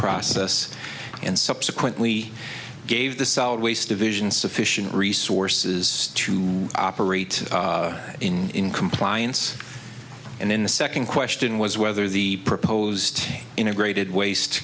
process and subsequently gave the solid waste division sufficient resources to operate in compliance and then the second question was whether the proposed integrated wast